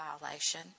violation